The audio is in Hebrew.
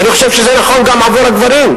ואני חושב שזה נכון גם עבור הגברים.